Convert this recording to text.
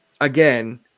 again